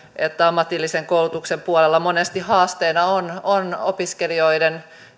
että ammatillisen koulutuksen puolella monesti haasteena on on erityisesti opiskelijoiden